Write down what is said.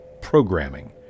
programming